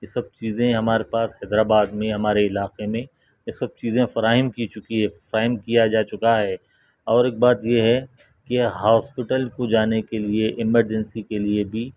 یہ سب چیزیں ہمارے پاس حیدرآباد میں ہمارے علاقے میں یہ سب چیزیں فراہم کی چکی ہے فراہم کیا جا چکا ہے اور ایک بات یہ ہے کہ ہاسپٹل کو جانے کے لیے ایمرجنسی کے لیے بھی